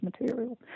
material